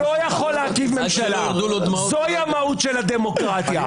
זוהי המהות של הדמוקרטיה.